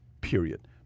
period